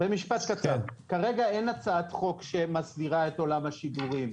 במשפט קצר: כרגע אין הצעת חוק שמסדירה את עולם השידורים.